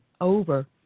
over